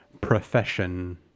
profession